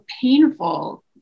painful